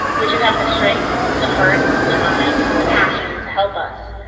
would you have the shrink the heart, the mind and the passion to help us?